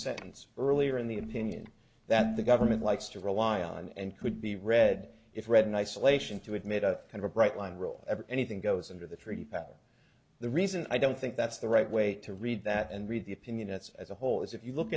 sentence earlier in the opinion that the government likes to rely on and could be read if read in isolation to admit a kind of bright line rule ever anything goes under the tree that the reason i don't think that's the right way to read that and read the opinion that's as a whole is if you look